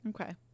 okay